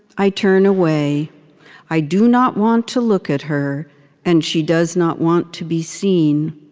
i turn away i do not want to look at her and she does not want to be seen.